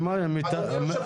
אדוני היושב ראש צודק.